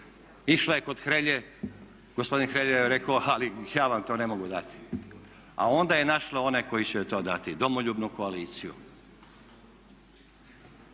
Išla je kod Hrelje, gospodin Hrelja joj je rekao, ali ja vam to ne mogu dati, a onda je našla one koji će joj to dati Domoljubnu koaliciju.